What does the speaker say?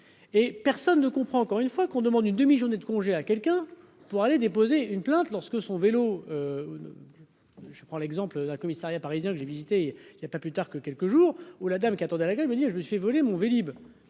et personne ne comprend, encore une fois qu'on demande une demi-journée de congé à quelqu'un pour aller déposer une plainte lorsque son vélo. Non. Je prends l'exemple d'un commissariat parisien que j'ai visité il y a pas plus tard que quelques jours ou la dame qui a à la grippe, me dit : je me suis fait voler mon Vélib